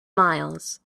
miles